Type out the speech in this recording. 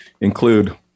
include